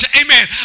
amen